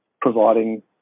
providing